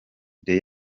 the